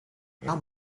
how